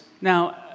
now